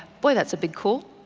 boy that's a big call.